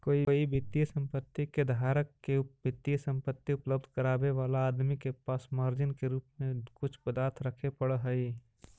कोई वित्तीय संपत्ति के धारक के वित्तीय संपत्ति उपलब्ध करावे वाला आदमी के पास मार्जिन के रूप में कुछ पदार्थ रखे पड़ऽ हई